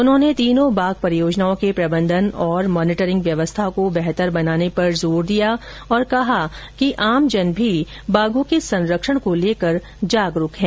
उन्होंने तीनों बाघ परियोजनाओं के प्रबंधन और मॉनिटरिंग व्यवस्था को बेहतर बनाने पर जोर दिया और कहा कि आमजन भी बाघों के संरक्षण को लेकर जागरूक है